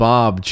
Bob